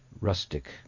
rustic